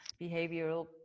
behavioral